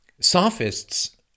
sophists